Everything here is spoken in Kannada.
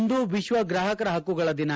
ಇಂದು ವಿಶ್ವ ಗ್ರಾಹಕರ ಪಕ್ಕುಗಳ ದಿನ